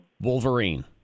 Wolverine